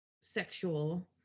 sexual